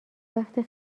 وقتی